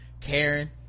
karen